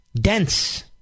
Dense